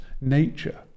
nature